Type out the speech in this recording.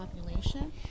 population